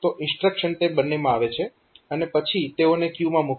તો ઇન્સ્ટ્રક્શન તે બંનેમાં આવે છે અને પછી તેઓને ક્યુ માં મૂકવામાં આવે છે